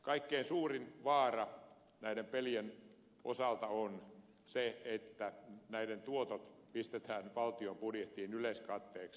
kaikkein suurin vaara näiden pelien osalta on se että näiden tuotot pistetään valtion budjettiin yleiskatteeksi